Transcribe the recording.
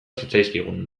zitzaizkigun